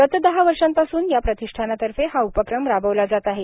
गत दहावर्षा पासून या प्रतिष्ठानातर्फे हा उपक्रम राबविला जात आहे